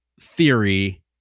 theory